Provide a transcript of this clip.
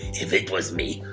if it was me,